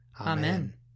Amen